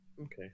Okay